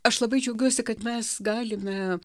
aš labai džiaugiuosi kad mes galime